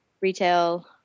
retail